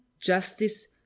justice